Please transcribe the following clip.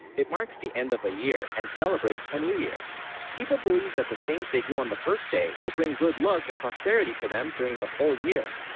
it marks the end of a year and celebrates a new, year people believe that the things they do on the first day will bring good luck and prosperity to them during the whole year